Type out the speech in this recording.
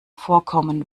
vorkommen